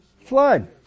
flood